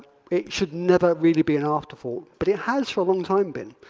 it should never really be an afterthought, but it has for a long time been.